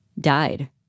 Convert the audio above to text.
died